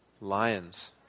Lions